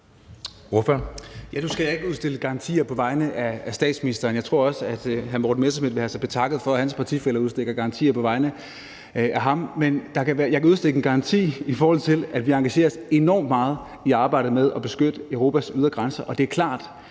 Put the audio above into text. Nu skal jeg ikke udstikke garantier på vegne af statsministeren. Jeg tror også, at hr. Morten Messerschmidt vil betakke sig for, at hans partifæller udstikker garantier på vegne af ham. Men jeg kan udstikke en garanti, i forhold til at vi engagerer os enormt meget i arbejdet med at beskytte Europas ydre grænser.